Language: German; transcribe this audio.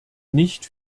nicht